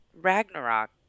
Ragnarok